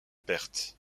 pertes